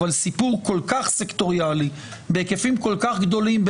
אבל סיפור כל כך סקטוריאלי בהיקפים כל כך גדולים,